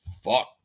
fuck